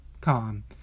Calm